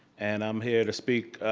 and i'm here to speak